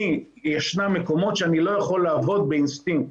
ישנם מקומות שאני לא יכול לעבוד באינסטינקט.